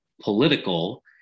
political